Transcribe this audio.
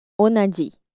Onaji